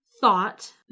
thought